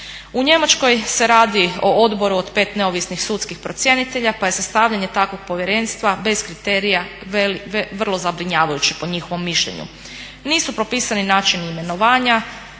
U Njemačkoj se radi o odboru od 5 neovisnih sudskih procjenitelja pa je sastavljanje takvog povjerenstva bez kriterija vrlo zabrinjavajuće po njihovom mišljenju. Nisu propisani načini imenovanja,